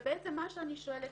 ובעצם מה שאני שואלת,